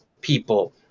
people